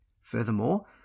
Furthermore